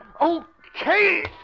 Okay